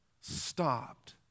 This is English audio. stopped